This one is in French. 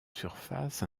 surface